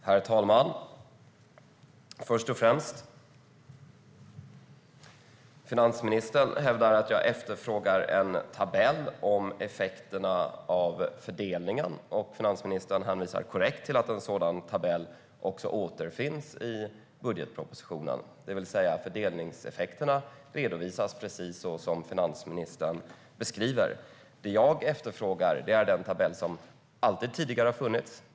Herr talman! Först och främst: Finansministern hävdar att jag efterfrågar en tabell om effekterna av fördelningen, och finansministern hänvisar korrekt till att en sådan tabell återfinns i budgetpropositionen, det vill säga att fördelningseffekterna redovisas precis så som finansministern beskriver det. Men det jag efterfrågar är den tabell som alltid tidigare har funnits.